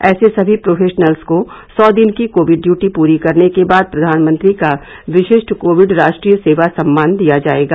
ऐसे सभी प्रोफेशनल को सौ दिन की कोविड ड्यूटी पूरी करने के बाद प्रधानमंत्री का विशिष्ट कोविड राष्ट्रीय सेवा सम्मान दिया जाएगा